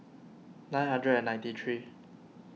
nine hundred and ninety three